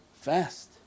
fast